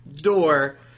door